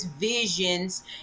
visions